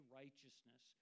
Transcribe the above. righteousness